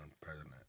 president